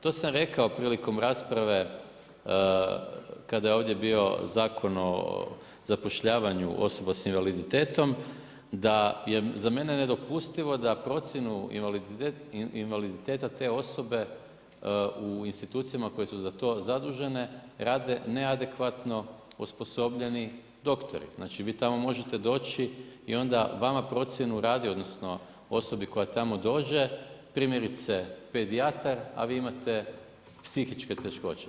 To sam rekao prilikom rasprave, kada je ovdje bio Zakon o zapošljavanja osoba s invaliditetom, da je za mene nedopustivo da procjenu invaliditeta te osobe u institucijama koje su za to zaslužene rade neadekvatno osposobljeni doktori, znači vi tamo možete doći i onda vama procjenu radi, odnosno, osobi koja tamo dođe, primjerice pedijatar, a vi imate psihičke teškoće.